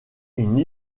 une